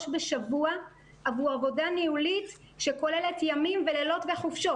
בשבוע עבור עבודה ניהולית שכוללת ימים ולילות וחופשות.